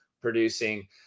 producing